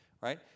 right